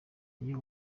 iyo